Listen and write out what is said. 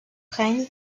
règne